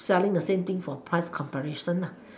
selling the same thing for price comparison lah